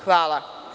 Hvala.